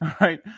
right